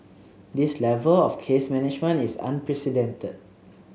this level of case management is unprecedented